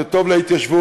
זה טוב להתיישבות,